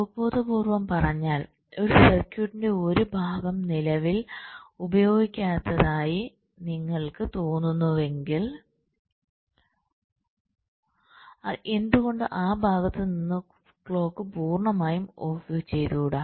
അവബോധപൂർവ്വം പറഞ്ഞാൽ ഒരു സർക്യൂട്ടിന്റെ ഒരു ഭാഗം നിലവിൽ ഉപയോഗിക്കാത്തതായി നിങ്ങൾക്ക് തോന്നുന്നുവെങ്കിൽ എന്തുകൊണ്ട് ആ ഭാഗത്ത് നിന്ന് ക്ലോക്ക് പൂർണ്ണമായും ഓഫ് ചെയ്തുകൂടാ